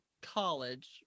college